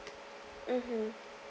mmhmm